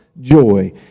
joy